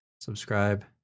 subscribe